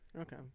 Okay